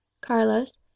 Carlos